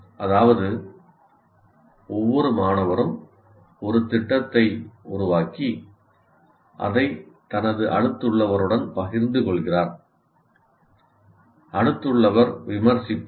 அதாவது ஒவ்வொரு மாணவரும் ஒரு திட்டத்தை உருவாக்கி அதை தனது அடுத்துள்ளவருடன் பகிர்ந்து கொள்கிறார் அடுத்துள்ளவர் விமர்சிப்பார்